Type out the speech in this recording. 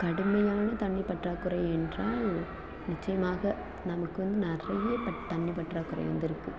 கடுமையான தண்ணி பற்றாக்குறை என்றால் நிச்சயமாக நமக்கு வந்து நிறைய தண்ணி பற்றாக்குறை வந்து இருக்குது